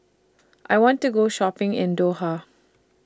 I want to Go Shopping in Doha